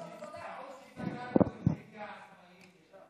שהתנגדנו לזה כאן,